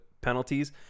penalties